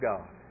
God